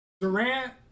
Durant